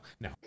no